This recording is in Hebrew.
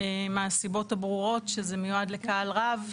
מהסיבות הברורות שזה מיועד לקהל רב,